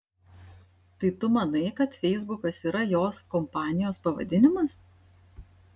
tai tu manai kad feisbukas yra jos kompanijos pavadinimas